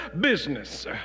business